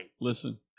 Listen